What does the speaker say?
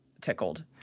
tickled